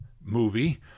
movie